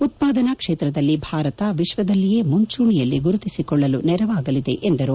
ಉತ್ಪಾದನಾ ಕ್ಷೇತ್ರದಲ್ಲಿ ಭಾರತ ವಿಶ್ವದಲ್ಲಿಯೇ ಮುಂಚೂಣಿಯಲ್ಲಿ ಗುರುತಿಸಿಕೊಳ್ಳಲು ನೆರವಾಗಲಿದೆ ಎಂದರು